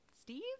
Steve